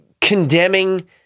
condemning